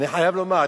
אני חייב לומר,